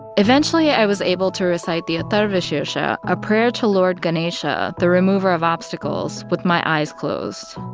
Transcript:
eventually, i was able to recite the atharvashirsha, a prayer to lord ganesha, the remover of obstacles, with my eyes closed.